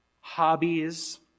hobbies